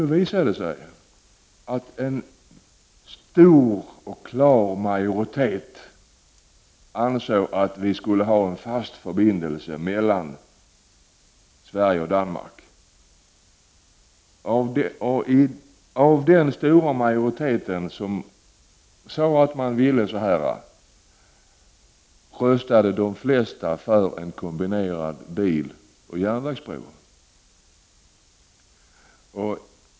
Då visade det sig att en stor 22 november 1989 och klar majoritet ansåg att vi skulle ha en fast förbindelse mellan Sverige. och Danmark. Av den stora majoriteten röstade de flesta för en kombinerad biloch järnvägsbro.